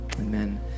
Amen